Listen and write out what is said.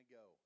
go